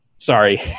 Sorry